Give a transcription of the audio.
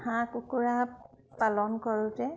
হাঁহ কুকুৰা পালন কৰোঁতে